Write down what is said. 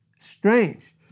Strange